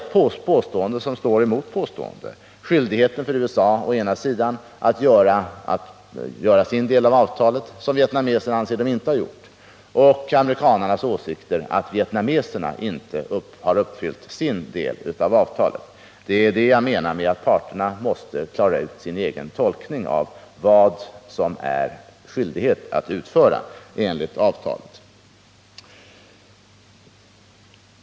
Påstående står alltså mot påstående: Skyldigheten för USA att uppfylla sin del av avtalet, vilket vietnameserna inte anser att de gjort, och amerikanarnas åsikter att vietnameserna inte har uppfyllt sin del av avtalet. Det är det jag menar med att parterna måste klara ut sin egen tolkning av vad man har skyldighet att utföra enligt avtalet.